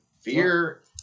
fear